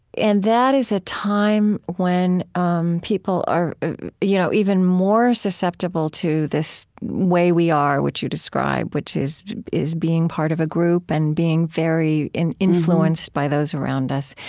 and that is a time when um people are you know even more susceptible to this way we are, which you describe, which is is being part of a group and being very influenced by those around us.